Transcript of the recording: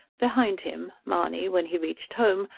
behind him, mahony, when he reached home,